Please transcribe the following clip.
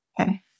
Okay